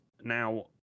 now